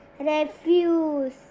refuse